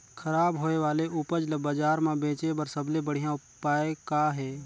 खराब होए वाले उपज ल बाजार म बेचे बर सबले बढ़िया उपाय का हे?